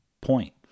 point